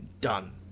done